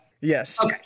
Yes